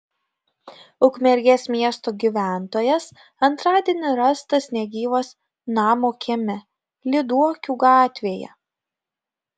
ukmergės miesto gyventojas antradienį rastas negyvas namo kieme lyduokių gatvėje